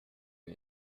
and